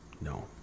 No